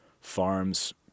farms